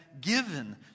given